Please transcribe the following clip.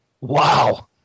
Wow